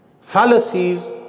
fallacies